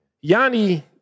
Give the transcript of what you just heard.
Yanni